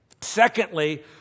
Secondly